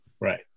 Right